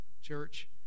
church